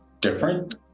different